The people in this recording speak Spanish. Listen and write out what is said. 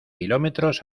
kilómetros